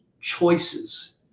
choices